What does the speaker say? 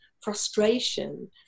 frustration